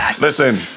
Listen